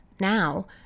Now